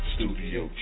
Studio